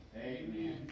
Amen